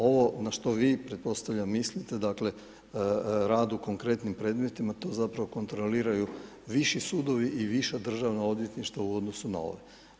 Ovo na što vi pretpostavljam mislite, dakle rad u konkretnim predmetima, to zapravo kontroliraju viši sudovi i viša državna odvjetništva u odnosu na ovo.